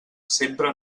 sempre